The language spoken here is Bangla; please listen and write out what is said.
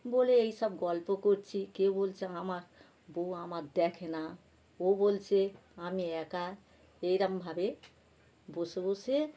বলে এইসব গল্প করছি কেউ বলছে আমার বউ আমার দেখে না ও বলছে আমি একা এইরকমভাবে বসে বসে